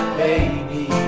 baby